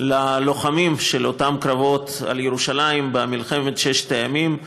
ללוחמים של אותם קרבות על ירושלים במלחמת ששת הימים,